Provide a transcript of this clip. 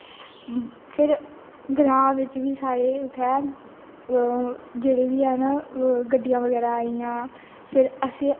ग्रां बिच बी साढ़े उत्थै जेहडे़ बी हैन गड्डियां बगैरा आई गेइयां फिर असें ते